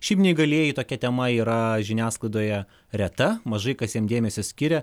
šiaip neįgalieji tokia tema yra žiniasklaidoje reta mažai kas jiems dėmesį skiria